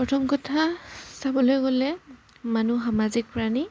প্ৰথম কথা চাবলৈ গ'লে মানুহ সামাজিক প্ৰাণী